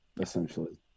essentially